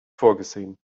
vorgesehen